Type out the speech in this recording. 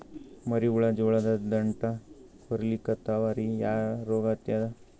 ಮರಿ ಹುಳ ಜೋಳದ ದಂಟ ಕೊರಿಲಿಕತ್ತಾವ ರೀ ಯಾ ರೋಗ ಹತ್ಯಾದ?